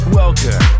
welcome